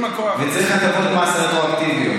אם הכוח, וצריך הטבות מס רטרואקטיביות.